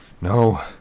No